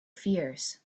fears